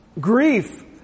grief